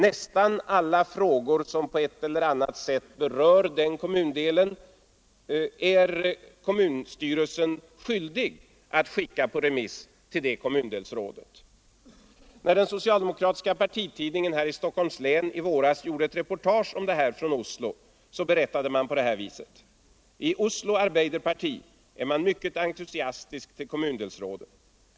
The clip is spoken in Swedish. Nästan alla frågor som på ett eller annat sätt berör respektive kommundel är kommunstyrelsen skyldig att skicka på remiss till kom Den kommunala ett reportage om detta från Oslo berättade man på det här viset: ”I Oslo Arbeiderparti är man mycket entusiastisk till kommundelsråden.